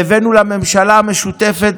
והבאנו לממשלה המשותפת,